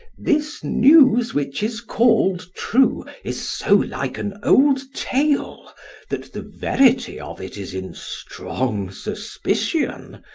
this news, which is called true, is so like an old tale that the verity of it is in strong suspicion.